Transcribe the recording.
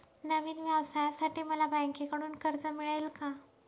नवीन व्यवसायासाठी मला बँकेकडून कर्ज मिळेल का?